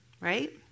right